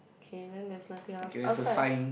okay then that's nothing else outside